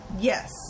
Yes